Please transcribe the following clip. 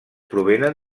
provenen